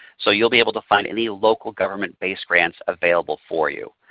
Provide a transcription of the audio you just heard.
so you will be able to find any local government-based grants available for you.